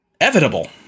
evitable